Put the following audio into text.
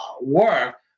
work